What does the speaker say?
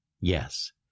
Yes